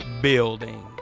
building